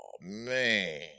man